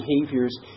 behaviors